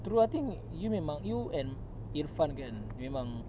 true I think you memang you and irfan kan memang